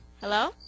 Hello